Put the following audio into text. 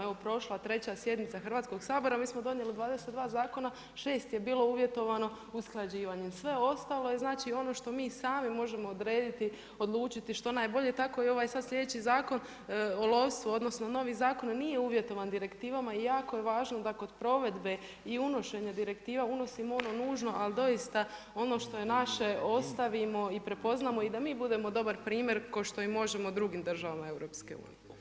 Evo prošla treća sjednica Hrvatskog sabora, mi smo donijeli 22 zakona, 6 je bilo uvjetovano usklađivanjem, sve ostalo je ono što mi sami možemo odrediti, odlučiti što najbolje, tako i ovaj sad sljedeći Zakon o lovstvu, odnosno novi zakon nije uvjetovan direktivama i jako je važno da kod provedbe i unošenja direktiva, unosimo ono nužno, al doista, ono što je naše ostavimo i prepoznamo i da mi budemo dobar primjer ko što i možemo drugim državama EU.